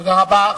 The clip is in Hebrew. תודה רבה.